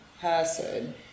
person